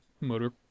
motor